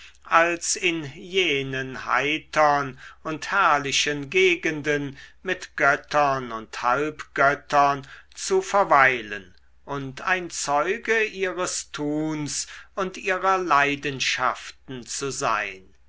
als in jenen heitern und herrlichen gegenden mit göttern und halbgöttern zu verweilen und ein zeuge ihres tuns und ihrer leidenschaften zu sein